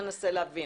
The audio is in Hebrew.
בואו ננסה להבין.